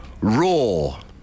Raw